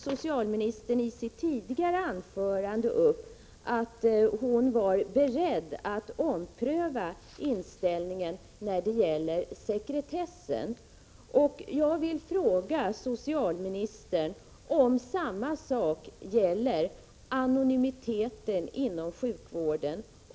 Socialministern sade i sitt tidigare anförande att hon var beredd att ompröva sin inställning till sekretessen. Jag vill fråga socialministern om samma sak gäller anonymiteten inom sjukvården.